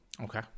Okay